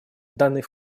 данный